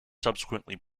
subsequently